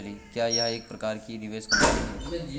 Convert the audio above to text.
क्या यह एक प्रकार की निवेश कंपनी है?